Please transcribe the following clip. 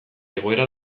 egoera